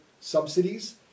subsidies